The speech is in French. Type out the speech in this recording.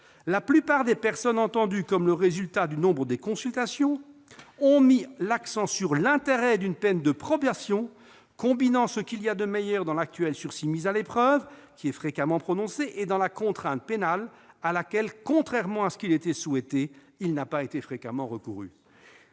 La plupart des personnes entendues comme le résultat de nombre des consultations ont mis l'accent sur l'intérêt d'une peine de probation combinant ce qu'il y a de meilleur dans l'actuel sursis avec mise à l'épreuve qui est fréquemment prononcé et dans la contrainte pénale à laquelle, contrairement à ce qu'il était souhaité, il n'a pas été fréquemment recouru.